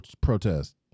protest